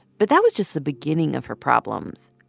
but that was just the beginning of her problems.